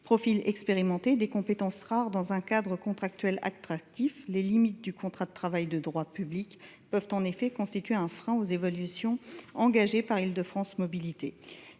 profils expérimentés et des compétences rares dans un cadre contractuel attractif. Les limites du contrat de travail de droit public peuvent en effet constituer un frein aux évolutions engagées par Île de France Mobilités.